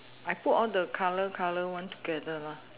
I put all the colour colour one together lah